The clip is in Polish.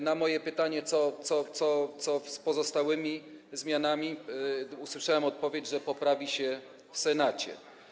Na moje pytanie, co z pozostałymi zmianami, usłyszałem odpowiedź, że poprawi się to w Senacie.